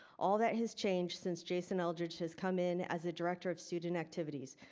all that has changed since jason eldredge has come in as a director of student activities.